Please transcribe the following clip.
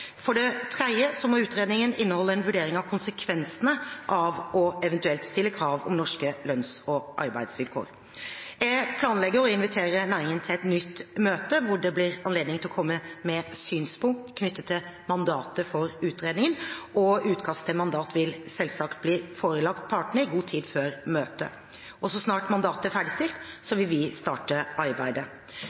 For det tredje må utredningen inneholde en vurdering av konsekvensene av eventuelt å stille krav om norske lønns- og arbeidsvilkår. Jeg planlegger å invitere næringen til et nytt møte hvor det blir anledning til å komme med synspunkter på mandatet for utredningen. Utkast til mandat vil selvsagt bli forelagt partene i god tid før møtet. Så snart mandatet er ferdigstilt, vil vi starte arbeidet.